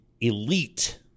elite